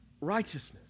righteousness